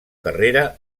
carrera